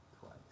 Twice